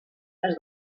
des